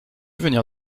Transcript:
venir